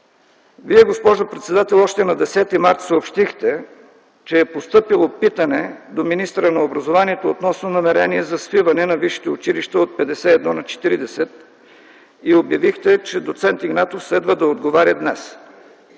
Вие, госпожо председател, още на 10 март съобщихте, че е постъпило питане до министъра на образованието относно намерение за свиване на висшите училища от 51 на 40 и обявихте, че доц. Игнатов следва да отговаря днес.